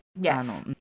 Yes